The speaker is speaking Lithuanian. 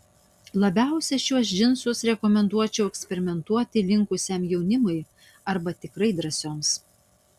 labiausiai šiuos džinsus rekomenduočiau eksperimentuoti linkusiam jaunimui arba tikrai drąsioms